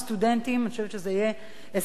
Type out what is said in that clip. אני חושבת שזה יהיה הישג מבורך.